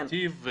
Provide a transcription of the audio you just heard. של נתיב,